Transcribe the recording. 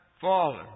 fallen